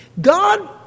God